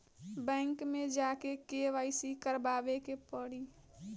Bank मे जा के के.वाइ.सी करबाबे के पड़ी?